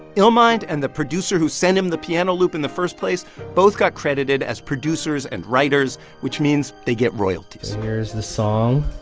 illmind and the producer who sent him the piano loop in the first place both got credited as producers and writers, which means they get royalties here's the song.